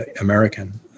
American